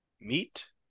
Meet